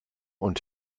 und